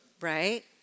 Right